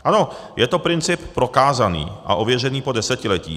Ano, je to princip prokázaný a ověřený po desetiletí.